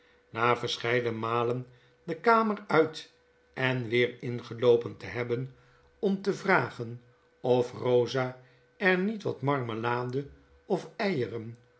na verscheidene malen de kamer uit en weer ingeloopen te hebben om te vragen of rosa er niet wat marmelade of eieren